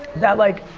that like,